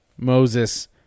Moses